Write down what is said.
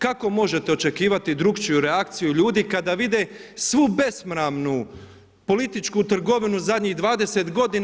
Kako možete očekivati drukčiju reakciju ljudi kada vide svu besramnu političku trgovinu zadnjih 20 godina?